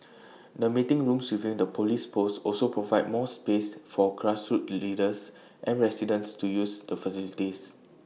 the meeting rooms within the Police post also provide more space for grassroots leaders and residents to use the facilities